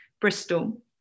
Bristol